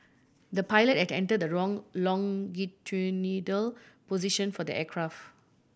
the pilot had enter the wrong position for the aircraft